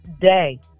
day